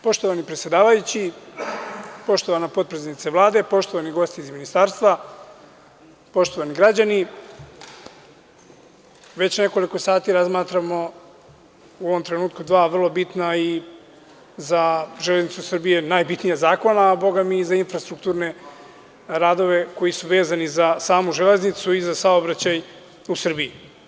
Poštovani predsedavajući, poštovana potpredsednice Vlade, poštovani gosti iz ministarstva, poštovani građani, već nekoliko sati razmatramo u ovom trenutku dva vrlo bitna i za Železnicu Srbije najbitnija zakona, a boga mi i za infrastrukturne radove koji su vezani za samu železnicu i za saobraćaj u Srbiji.